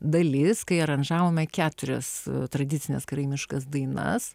dalis kai aranžavome keturias tradicines karaimiškas dainas